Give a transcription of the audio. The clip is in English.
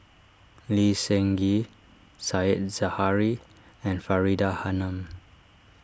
Lee Seng Gee Said Zahari and Faridah Hanum